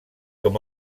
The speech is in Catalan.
com